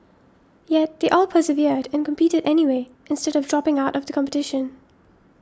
yet they all persevered and competed anyway instead of dropping out of the competition